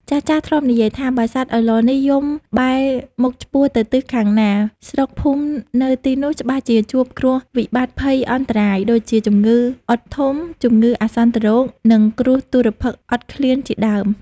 ចាស់ៗ ធ្លាប់និយាយថា បើសត្វឪឡនេះយំបែរមុខឆ្ពោះទៅទិសខាងណា ស្រុកភូមិនៅទីនោះច្បាស់ជាជួបគ្រោះវិបត្តិភ័យអន្តរាយ ដូចជាជំងឺអុតធំ ជំងឺអាសន្នរោគ និងគ្រោះទុរ្ភិក្សអត់ឃ្លានជាដើម។